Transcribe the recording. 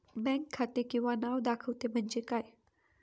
Bank खाते किंवा नाव दाखवते म्हणजे काय?